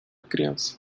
criança